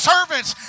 servants